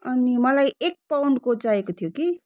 अनि मलाई एक पाउन्डको चाहिएको थियो कि